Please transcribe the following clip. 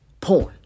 porn